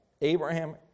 Abraham